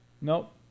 nope